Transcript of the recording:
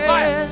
Fire